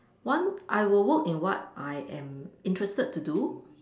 one I will work in what I am interested to do